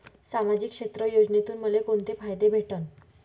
सामाजिक क्षेत्र योजनेतून मले कोंते फायदे भेटन?